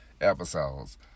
episodes